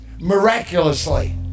miraculously